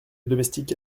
domestique